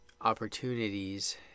opportunities